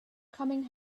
coming